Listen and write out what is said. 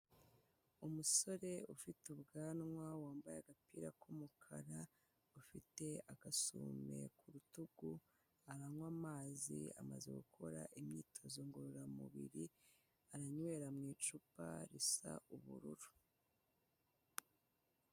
Umusore ufite ubwanwa, wambaye agapira k'umukara, ufite agasume ku rutugu, aranywa amazi amaze gukora imyitozo ngororamubiri, aranywera mu icupa risa ubururu.